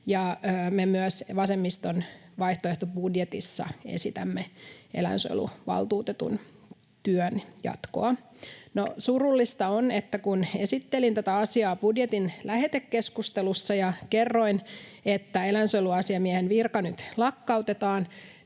Me myös vasemmiston vaihtoehtobudjetissa esitämme eläinsuojeluvaltuutetun työn jatkoa. No, surullista on, että kun esittelin tätä asiaa budjetin lähetekeskustelussa ja kerroin, että eläinsuojeluasiamiehen virka nyt lakkautetaan,